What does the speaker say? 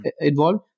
involved